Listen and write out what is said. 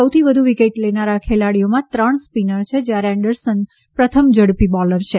સૌથી વધુ વિકેટ લેનારા ખેલાડીઓમાં ત્રણ સ્પીનર છે જ્યારે એન્ડરસન પ્રથમ ઝડપી બોલર છે